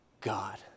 God